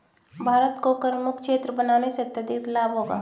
भारत को करमुक्त क्षेत्र बनाने से अत्यधिक लाभ होगा